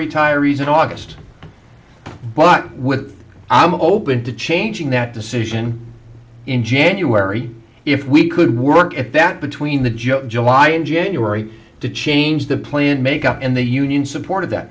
retirees in august but with i'm open to changing that decision in january if we could work at that between the job july in january to change the plan make up in the union support of that